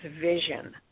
vision